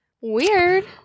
Weird